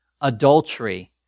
adultery